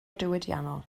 diwydiannol